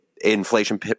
Inflation